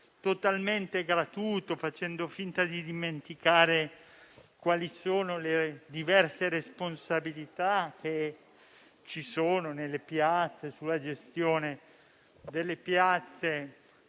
totalmente gratuito, facendo finta di dimenticare quali sono le diverse responsabilità che ci sono sulla gestione delle piazze,